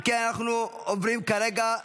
אם כן אנחנו עוברים כרגע --- רגע,